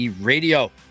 Radio